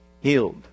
healed